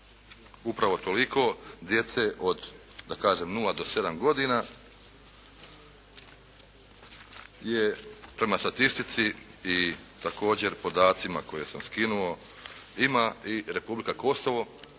Upravo toliko djece od, da kažem, 0 do 7 godina je prema statistici i također podacima koje sam skinuo, ima i Republika Kosovo